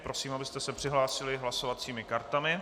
Prosím, abyste se přihlásili hlasovacími kartami.